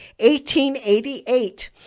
1888